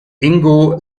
ingo